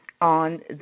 on